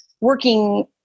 working